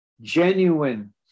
genuine